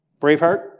Braveheart